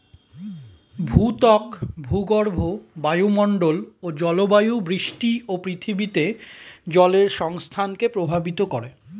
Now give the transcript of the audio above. ভূত্বক, ভূগর্ভ, বায়ুমন্ডল ও জলবায়ু বৃষ্টি ও পৃথিবীতে জলের সংস্থানকে প্রভাবিত করে